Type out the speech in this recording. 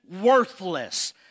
worthless